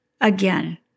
Again